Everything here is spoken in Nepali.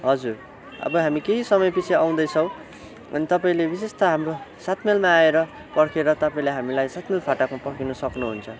हजुर अब हामी केही समय पछि आउँदैछौँ अनि तपाईँले विशेष त हाम्रो सात माइलमा आएर पर्खेर तपाईँले हामीलाई सात माइल फाटकमा पर्खिन सक्नुहुन्छ